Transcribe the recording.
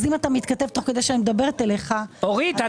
אם אתה מתכתב תוך כדי שאני מדברת אליך, אתה לא